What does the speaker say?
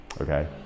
Okay